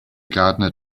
gardener